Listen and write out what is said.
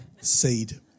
seed